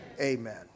Amen